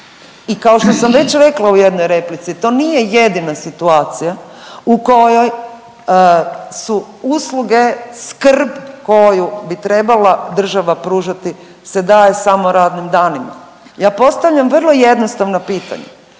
I kao što sam već rekla u jednoj replici to nije jedinca situacija u kojoj su usluge skrb koju bi trebala država pružati se daje samo radnim danima. Ja postavljam vrlo jednostavna pitanja.